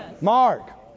Mark